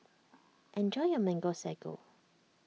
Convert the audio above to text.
enjoy your Mango Sago